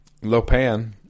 Lopan